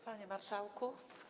Panie Marszałku!